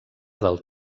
del